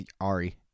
Ari